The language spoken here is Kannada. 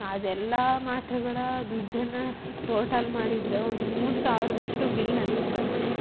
ಅದೆಲ್ಲ ಮಾತ್ರೆಗಳ ದುಡ್ಡನ್ನು ಟೋಟಲ್ ಮಾಡಿದರೆ ಒಂದು ಮೂರು ಸಾವಿರಷ್ಟು ಬಿಲ್ ನನಗೆ ಬಂತು